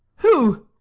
who?